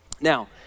Now